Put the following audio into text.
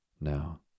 Now